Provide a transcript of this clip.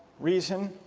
reason?